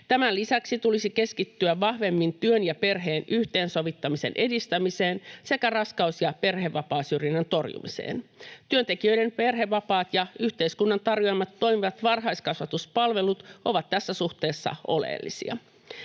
Tämän lisäksi tulisi keskittyä vahvemmin työn ja perheen yhteensovittamisen edistämiseen sekä raskaus- ja perhevapaasyrjinnän torjumiseen. Työntekijöiden perhevapaat ja yhteiskunnan tarjoamat toimivat varhaiskasvatuspalvelut ovat tässä suhteessa oleellisia.